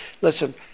Listen